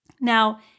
Now